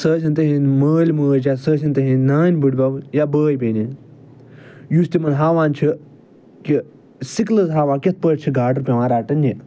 سُہ ٲسِنۍ تِہِنٛدۍ مٲلۍ مٲج یا سُہ ٲسِنۍ تِہِنٛدۍ نٲنۍ بٕڈِبب یا بٲے بیٚنہِ یُس تِمن ہاوان چھِ کہِ سِکلٕز ہاوان کِتھ پٲٹھۍ چھِ گاڈٕ پٮ۪وان رٹنہِ